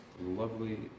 lovely